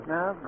Now